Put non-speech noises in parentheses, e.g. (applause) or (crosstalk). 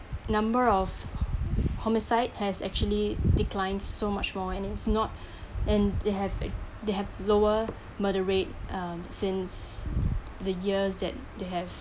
number of homicide has actually declined so much more and it's not (breath) and they have uh they have lower (breath) murder rate um since the years that they have